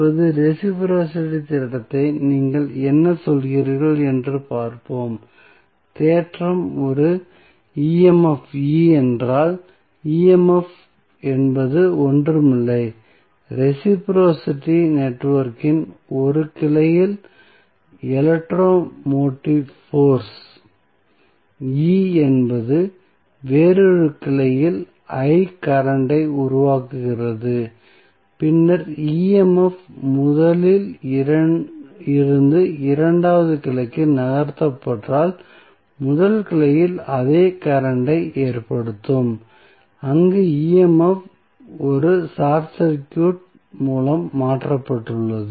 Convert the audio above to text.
இப்போதுரெஸிபிரோஸிட்டி தேற்றத்தால் நீங்கள் என்ன சொல்கிறீர்கள் என்று பார்ப்போம் தேற்றம் ஒரு emf E என்றால் emf என்பது ஒன்றுமில்லை ரெஸிபிரோஸிட்டி நெட்வொர்க்கின் 1 கிளையில் எலெக்ட்ரோ மோட்டிவ் போர்ஸ் E என்பது வேறு ஒரு கிளையில் I கரண்ட் ஐ உருவாக்குகிறது பின்னர் emf முதலில் இருந்து இரண்டாவது கிளைக்கு நகர்த்தப்பட்டால் இது முதல் கிளையில் அதே கரண்ட் ஐ ஏற்படுத்தும் அங்கு emf ஒரு ஷார்ட் சர்க்யூட் மூலம் மாற்றப்பட்டுள்ளது